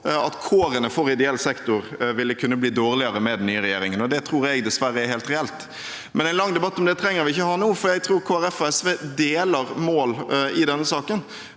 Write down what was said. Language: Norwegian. at kårene for ideell sektor ville kunne bli dårligere med den nye regjeringen. Det tror jeg dessverre er helt reelt. En lang debatt om det trenger vi ikke å ha nå, for jeg tror Kristelig Folkeparti og SV deler mål i denne saken,